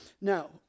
Now